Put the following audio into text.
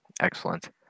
Excellent